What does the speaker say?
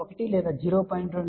1 లేదా 0